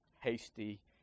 hasty